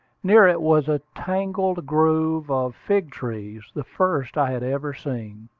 near it was a tangled grove of fig-trees, the first i had ever seen.